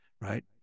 right